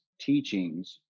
teachings